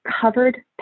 covered